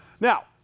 Now